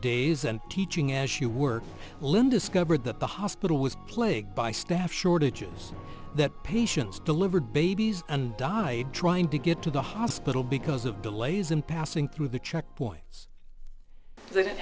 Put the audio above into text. days and teaching as you were lynn discovered that the hospital was plagued by staff shortages that patients delivered babies and died trying to get to the hospital because of delays in passing through the checkpoints they didn't